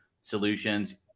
solutions